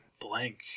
blank